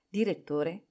Direttore